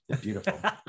Beautiful